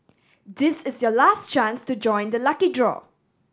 this is your last chance to join the lucky draw